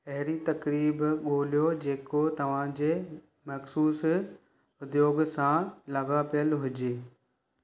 अहिरी तकरीब ॻोल्हियो जेको तव्हांजे मखसूस उद्योग सां लॻापियल हुजे